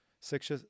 six